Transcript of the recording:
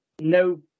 No